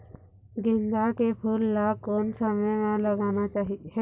गेंदा के फूल ला कोन समय मा लगाना चाही?